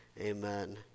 Amen